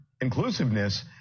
inclusiveness